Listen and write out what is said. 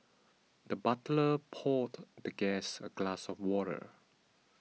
the butler poured the guest a glass of water